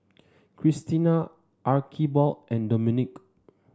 Krystina Archibald and Domenic